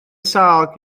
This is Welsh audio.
sâl